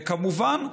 וכמובן,